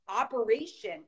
operation